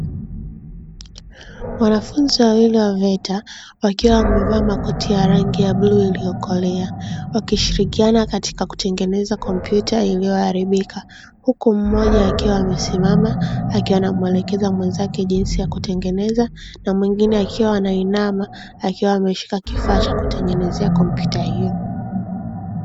Wanafunzi wawili wa "VETA" wakiwa wamevaa makoti ya rangi ya bluu iliyokolea, wakishirikiana katika kutengeneza kompyuta iliyoharibika. Huku mmoja akiwa amesimama, akiwa anamuelekeza mwenzake jinsi ya kutengeneza, na mwingine akiwa anainama akiwa ameshika kifaa cha kutengenezea kompyuta hiyo.